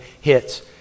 hits